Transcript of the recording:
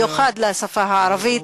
המיוחד לשפה הערבית,